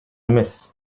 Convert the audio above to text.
эмес